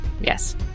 Yes